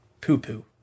poo-poo